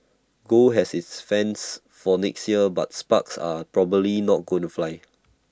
gold has its fans for next year but sparks are probably not going to fly